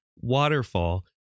waterfall